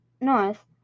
North